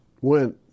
went